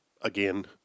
again